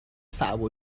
صعب